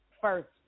first